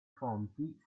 fonti